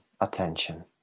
attention